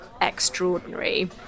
extraordinary